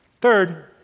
Third